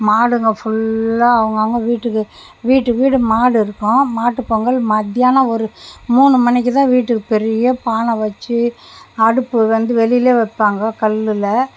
மாடுங்க ஃபுல்லாக அவங்க அவங்க வீட்டுக்கு வீட்டுக்கு வீடு மாடு இருக்கும் மாட்டுப்பொங்கல் மதியானம் ஒரு மூணு மணிக்கு தான் வீட்டுக்கு பெரிய பானை வச்சு அடுப்பு வந்து வெளிலே வைப்பாங்க கல்லில்